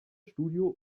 studio